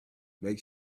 make